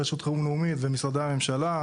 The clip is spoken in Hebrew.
רשות חירום לאומי ומשרדי הממשלה,